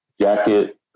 jacket